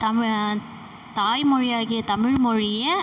தமிழன் தாய்மொழியாகிய தமிழ்மொழியை